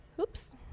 Oops